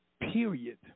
period